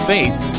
Faith